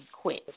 quit